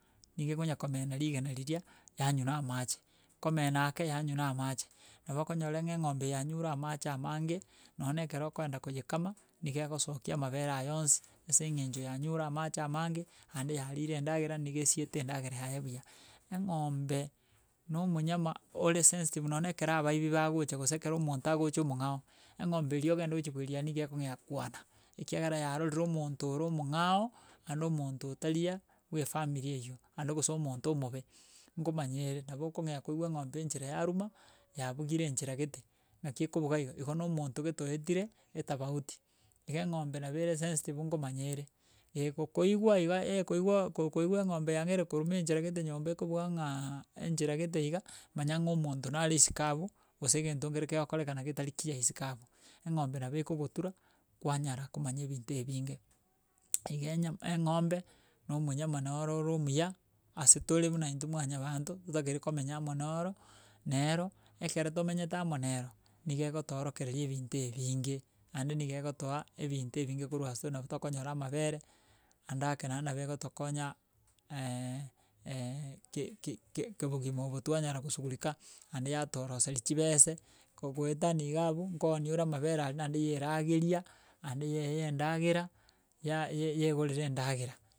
Niga ekonya komena rigena riria, yanywa na amache, ekomena ake, yanywa na amache. Nabo okonyora ng'a eng'ombe eye yanyure amache amange, nonye ekero okoenda koyekama, niga egosokia amabere aye onsi ase eng'encho yanyure amache amange ande yarire endagera nigaesiete endagera yaye buya. Eng'ombe na omonyama ore sensitive nonye ekero abaibi bagocha gose ekero omonto agocha omong'ao, eng'ombe erie ogende gochi bweeeri aria nigo ekong'ea kwaana, ekiagera yarorire omonto ore omong'ao, naende omonto otaria, bwa efamiri eywo. Nande gose omonto omobe, ngomanya ere, nabo okong'ea koigwa eng'ombe enchera yaruma, yabugire enchera gete naki ekobuga iga igo na omonto gete oetire etabauti. Iga eng'ombe nabo ere sensitive nabo ngomanya ere gekokoigwa iga ekoigwa koigwa eng'ombe yang'eire koruma enchera gete nyomba ekobuga ng'aaa enchera gete iga, manya ng'a omonto nare isiko abwo gose egento nkere kegokorekana getari kiya isiko abwo. Eng'ombe nabo ekogotura kwanyara komanya ebinto ebinge. Iga enya eng'ombe, na omanyama nore ore omuya, ase tore buna ntwe mwanyabanto totakeire komenya amo noro na ero, ekero tomenye amo na ero, niga egotorokereri ebinto ebinge, naende niga egotoa ebinto ebinge korwa ase nabo tokonyora amabere naende ake nabo egotokonya ke ke kebogima obo twanyara kosugurika, naende yatoroseri chibese, kogoetani iga abwo nkooni ore amabere ari naende yaerageria, naende yaeya endagera, ya ya yaegorera endagera.